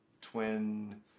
twin